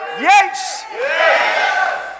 Yes